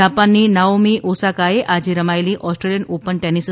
જાપાનની નાઓમી ઓસાકાએ આજે રમાયેલી ઓસ્ટ્રેલિયન ઓપન ટેનિસ